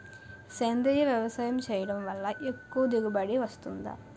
సేంద్రీయ వ్యవసాయం చేయడం వల్ల ఎక్కువ దిగుబడి వస్తుందా?